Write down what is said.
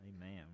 amen